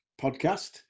podcast